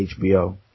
HBO